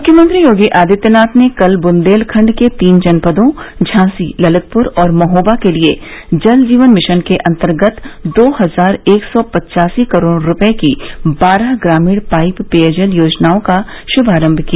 मुख्यमंत्री योगी आदित्यनाथ ने कल बुन्देलखंड के तीन जनपदों झांसी ललितपुर और महोबा के लिये जल जीवन मिशन के अन्तर्गत दो हजार एक सौ पच्चासी करोड़ रूपये की बारह ग्रामीण पाइप पेयजल योजनाओं का शुभारम्भ किया